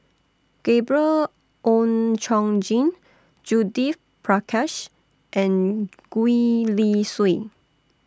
Gabriel Oon Chong Jin Judith Prakash and Gwee Li Sui